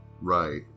right